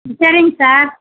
சரிங்க சார்